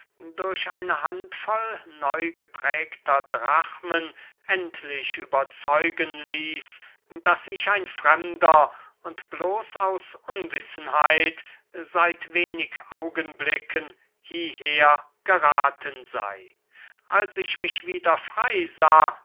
durch eine handvoll neugeprägter drachmen endlich überzeugen ließ daß ich ein fremder und bloß aus unwissenheit seit wenig augenblicken hierher gerathen sey als ich mich wieder frey sah